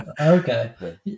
Okay